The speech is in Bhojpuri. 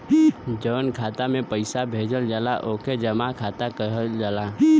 जउन खाता मे पइसा भेजल जाला ओके जमा खाता कहल जाला